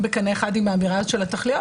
בקנה אחד עם האמירה הזאת של התכליות,